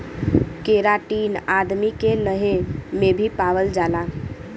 keratin आदमी के नहे में भी पावल जाला